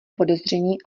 podezření